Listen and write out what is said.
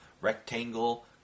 rectangle